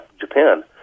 Japan